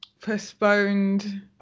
postponed